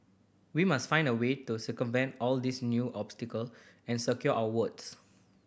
we must find a way to circumvent all these new obstacle and secure our votes